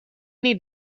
need